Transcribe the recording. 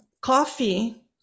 Coffee